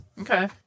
okay